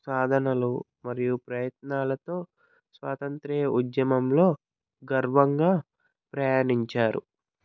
సాధనలు మరియు ప్రయత్నాలతో స్వాతంత్రియ ఉద్యమంలో గర్వంగా ప్రయాణించారు